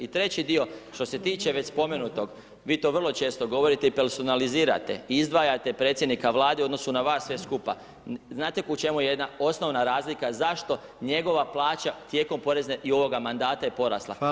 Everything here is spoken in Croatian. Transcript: I treći dio što se tiče već spomenutog, vi to vrlo često govorite i personalizirate i izdvajate predsjednika Vlade u odnosu na vas sve skupa, znate u čemu je jedna osnovna razlika zašto njegova plaća tijekom porezne i ovoga mandata je porasla?